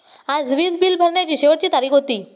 आज वीज बिल भरण्याची शेवटची तारीख होती